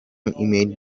ایمیل